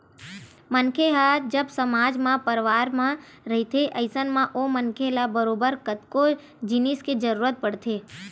मनखे ह जब समाज म परवार म रहिथे अइसन म ओ मनखे ल बरोबर कतको जिनिस के जरुरत पड़थे